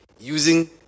using